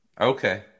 Okay